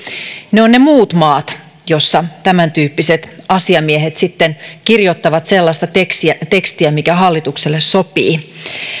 ne ovat ne muut maat joissa tämäntyyppiset asiamiehet sitten kirjoittavat sellaista tekstiä tekstiä mikä hallitukselle sopii